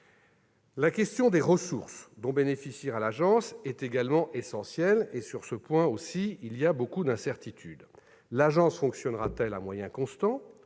La question des ressources dont bénéficiera l'agence est également essentielle. Sur ce point aussi, il y a beaucoup d'incertitudes. L'agence fonctionnera-t-elle à moyens constants